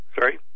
Sorry